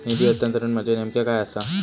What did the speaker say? निधी हस्तांतरण म्हणजे नेमक्या काय आसा?